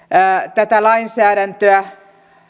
tätä lainsäädäntöä